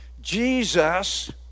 Jesus